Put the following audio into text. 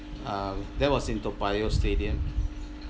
uh that was in toa payoh stadium